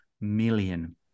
million